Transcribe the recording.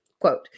quote